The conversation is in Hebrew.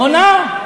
עונה.